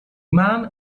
man